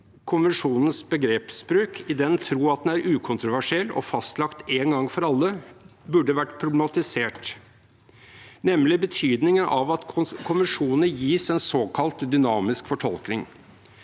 konvensjonens begrepsbruk og troen på at den er ukontroversiell og fastlagt én gang for alle, burde vært problematisert, spesielt betydningen av at konvensjoner gis en såkalt dynamisk fortolkning.